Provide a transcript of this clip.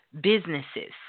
businesses